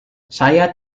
saya